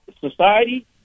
society